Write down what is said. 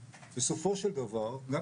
כי בסופו של דבר בקצה,